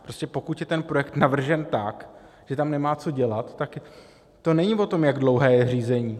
Prostě pokud je ten projekt navržen tak, že tam nemá co dělat, tak to není o tom, jak dlouhé je řízení.